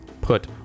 put